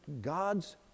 God's